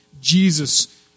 Jesus